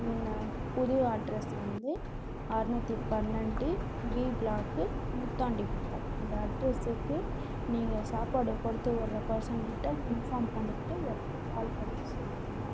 நான் புது அட்ரஸ் வந்து அறுநூத்தி பன்னெண்டு பி பிளாக்கு முத்தாண்டிகுப்பம் இந்த அட்ரஸ்சுக்கு நீங்கள் சாப்பாடு கொடுத்துவுடுற பர்சன்கிட்ட இன்ஃபார்ம் பண்ணிக்கிட்டு எனக்கு கால் பண்ணி சொல்லுங்கள்